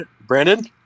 Brandon